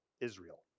Israel